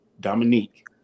Dominique